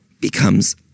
becomes